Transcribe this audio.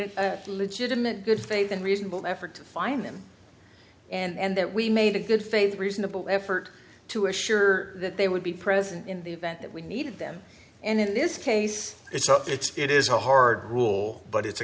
a legitimate good faith and reasonable effort to find them and that we made a good faith reasonable effort to assure that they would be present in the event that we needed them and in this case it's not that it is a hard rule but it's a